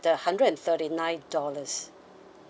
the hundred thirty nine dollars